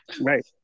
Right